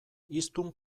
hiztun